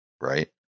right